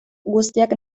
guztiak